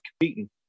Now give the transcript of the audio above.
competing